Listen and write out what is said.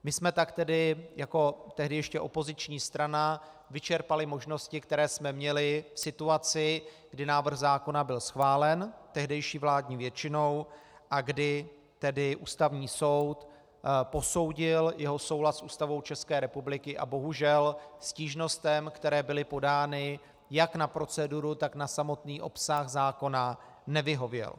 My jsme jako tehdy ještě opoziční strana vyčerpali možnosti, které jsme měli v situaci, kdy návrh zákona byl schválen tehdejší vládní většinou a kdy tedy Ústavní soud posoudil jeho soulad s Ústavou České republiky a bohužel stížnostem, které byly podány jak na proceduru, tak na samotný obsah zákona, nevyhověl.